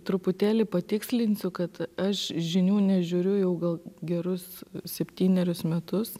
truputėlį patikslinsiu kad aš žinių nežiūriu jau gal gerus septynerius metus